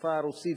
בשפה הרוסית,